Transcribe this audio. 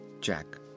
Jack